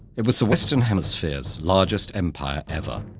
it was the western hemisphere's largest empire ever,